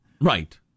Right